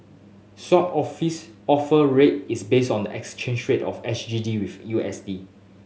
sop office Offer Rate is based on the exchange rate of S G D with U S D